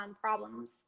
problems